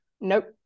Nope